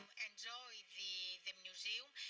enjoy the the museum.